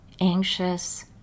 anxious